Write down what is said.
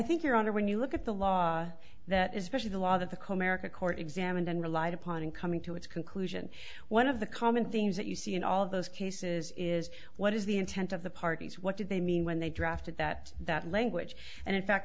think your honor when you look at the law that is specially the law that the comarca court examined and relied upon in coming to its conclusion one of the common things that you see in all of those cases is what is the intent of the parties what did they mean when they drafted that that language and in fact